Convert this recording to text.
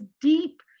deep